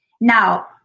Now